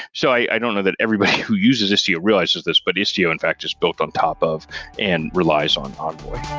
so i don't know that everybody who uses istio realizes this, but istio in fact is built on top of and relies on envoy.